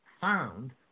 found